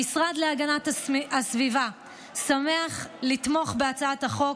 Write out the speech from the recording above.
המשרד להגנת הסביבה שמח לתמוך בהצעת החוק